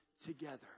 together